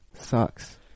sucks